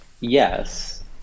yes